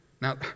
Now